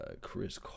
Chris